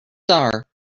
are